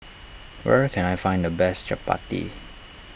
where can I find the best Chapati